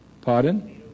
Pardon